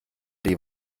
die